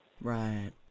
Right